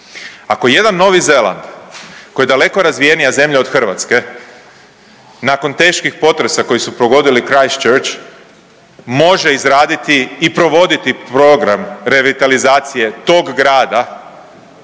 Ako jedan Novi Zeland koji je daleko razvijenija zemlja od Hrvatske nakon teških potresa koji su pogodili Cristchurch može izraditi i provoditi program revitalizacije tog grada